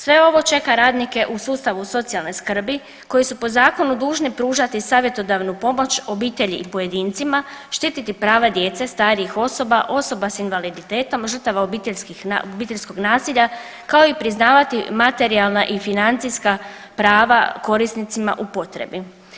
Sve ovo čeka radnike u sustavu socijalne skrbi koji su po zakonu dužni pružati savjetodavnu pomoć obitelji i pojedincima, štititi prava djece, starijih osoba, osoba s invaliditetom, žrtava obiteljskog nasilja kao i priznavati materijalna i financijska prava korisnicima u potrebi.